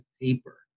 paper